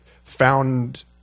Found